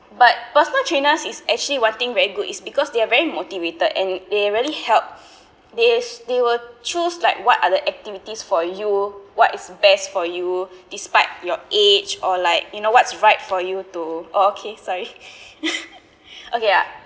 but personal trainer is actually one thing very good is because they are very motivated and they really help they they will choose like what are the activities for you what is best for you despite your age or like you know what's right for you to oh okay sorry okay ya